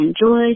enjoy